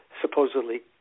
supposedly